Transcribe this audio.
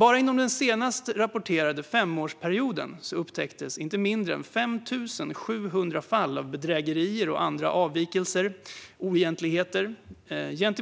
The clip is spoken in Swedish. Bara under den senast rapporterade femårsperioden upptäcktes inte mindre än 5 700 fall av bedrägerier och andra avvikelser och oegentligheter